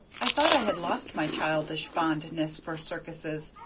i thought i had lost my childish fondness for circuses,